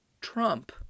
Trump